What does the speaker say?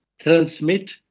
Transmit